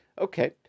Okay